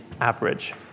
average